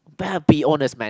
bad be honest man